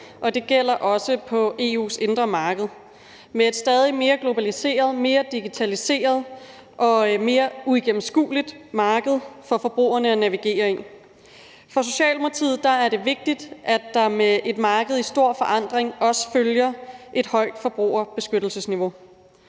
og det gælder også på EU's indre marked, som er et stadig mere globaliseret, mere digitaliseret og mere uigennemskueligt marked for forbrugerne at navigere i. For Socialdemokratiet er det vigtigt, at der med et marked i stor forandring også følger et højt forbrugerbeskyttelsesniveau,